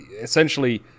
Essentially